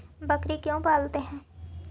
बकरी क्यों पालते है?